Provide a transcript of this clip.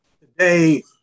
today